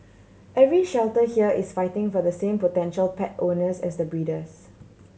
every shelter here is fighting for the same potential pet owners as the breeders